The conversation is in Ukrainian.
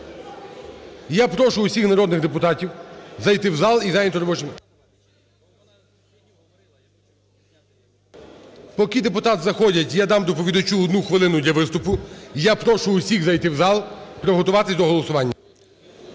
Я прошу всіх народних депутатів зайти у зал і зайняти робочі місця. Поки депутати заходять, я дам доповідачу 1 хвилину для виступу. І я прошу всіх зайти у зал, приготуватись до голосування.